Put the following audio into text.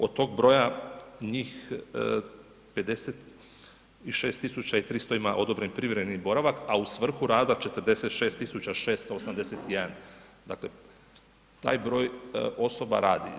Od tog broja njih 56300 ima odobren privremeni boravak, a u svrhu rada 46681, dakle taj broj osoba radi.